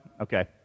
Okay